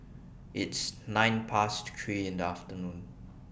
its nine Past three in The afternoon